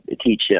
teach